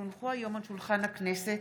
כי הונחו היום על שולחן הכנסת,